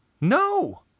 No